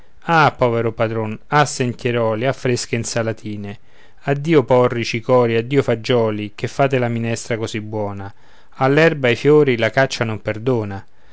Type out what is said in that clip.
ah povero padron ah sentieroli ah fresche insalatine addio porri cicorie addio fagioli che fate la minestra così buona all'erba ai fior la caccia non perdona